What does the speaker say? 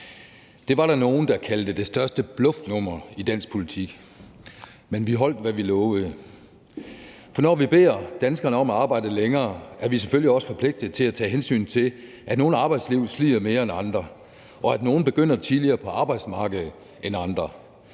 Det var der nogle der kaldte det største bluffnummer i dansk politik, men vi holdt, hvad vi lovede. For når vi beder danskerne om at arbejde længere, er vi selvfølgelig også forpligtet til at tage hensyn til, at nogles arbejdsliv slider mere end andres, og at nogle begynder tidligere på arbejdsmarkedet end andre.